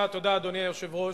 אדוני היושב-ראש,